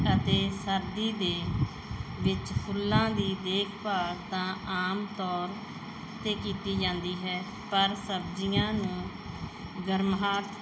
ਅਤੇ ਸਰਦੀ ਦੇ ਵਿੱਚ ਫੁੱਲਾਂ ਦੀ ਦੇਖਭਾਲ ਤਾਂ ਆਮ ਤੌਰ 'ਤੇ ਕੀਤੀ ਜਾਂਦੀ ਹੈ ਪਰ ਸਬਜ਼ੀਆਂ ਨੂੰ ਗਰਮਾਹਟ